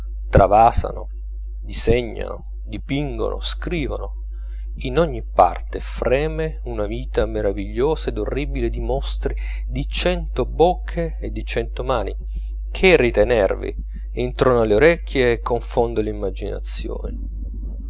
raffinano travasano disegnano dipingono scrivono in ogni parte freme una vita meravigliosa ed orribile di mostri di cento bocche e di cento mani che irrita i nervi introna le orecchie e confonde l'immaginazione